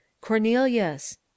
Cornelius